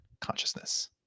consciousness